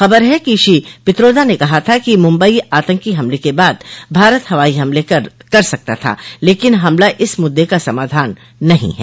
खबर है कि श्री पित्रोदा ने कहा था कि मुम्बई आतंकी हमले के बाद भारत हवाई हमले कर सकता था लेकिन हमला इस मुद्दे का समाधान नहीं है